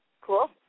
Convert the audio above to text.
cool